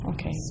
Okay